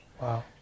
Wow